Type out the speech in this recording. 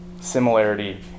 similarity